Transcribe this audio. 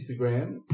Instagram